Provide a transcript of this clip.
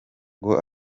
ngo